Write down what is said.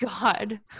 God